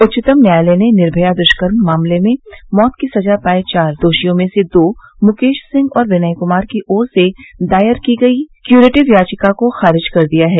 उच्चतम न्यायालय ने निर्भया द्यकर्म मामले में मौत की सजा पाये चार दोषियों में से दो मुकेश सिंह और विनय कुमार की ओर से दायर की गई क्यूरेटिव याचिका को खारिज कर दिया है